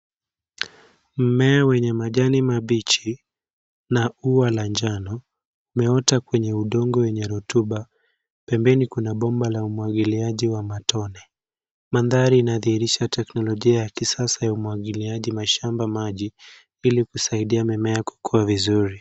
Mmea wenye majani mabichi na ua la njano, umeota kwenye udongo wenye rotuba. Pembeni kuna bomba la umwagiliaji wa matone. Mandhari inadhihirisha teknolojia ya kisasa ya umwagiliaji mashamba maji ili kusaidia mimea kukua vizuri.